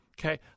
Okay